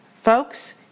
folks